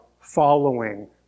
following